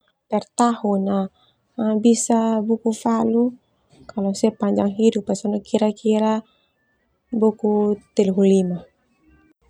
Per tahun na bisa buku falu sepanjang hidup kira-kira buku telu hulu lima.